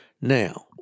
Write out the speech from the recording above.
Now